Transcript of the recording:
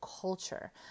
culture